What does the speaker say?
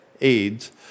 AIDS